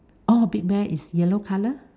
orh big bear is yellow color